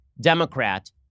Democrat